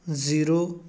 zero